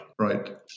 right